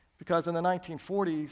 because in the nineteen forty s,